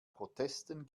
protesten